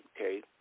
okay